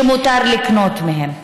שמותר לקנות מהם.